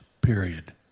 period